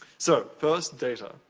so, first, data.